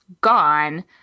gone